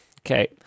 okay